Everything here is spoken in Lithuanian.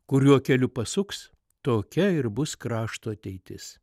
kuriuo keliu pasuks tokia ir bus krašto ateitis